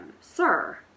Sir